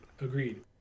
Agreed